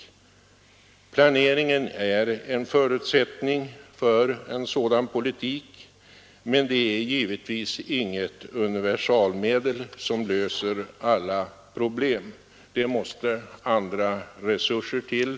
Planering är en förutsättning för en sådan politik, men den är givetvis inget universalmedel som löser alla problem. Det måste andra resurser till.